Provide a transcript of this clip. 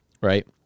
right